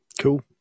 Cool